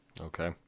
okay